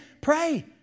pray